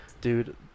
dude